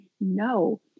no